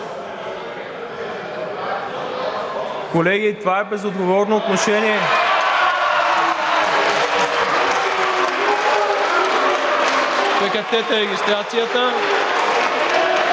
Колеги, това е безотговорно отношение! Прекратете регистрацията.